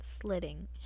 Slitting